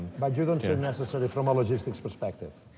but you don't see necessary from a logistics perspective?